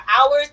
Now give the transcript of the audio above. hours